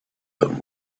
him